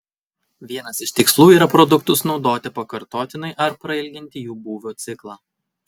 vienas iš tikslų yra produktus naudoti pakartotinai ar prailginti jų būvio ciklą